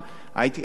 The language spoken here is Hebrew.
אני,